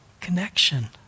connection